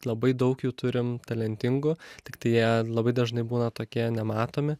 labai daug jų turim talentingų tiktai jie labai dažnai būna tokie nematomi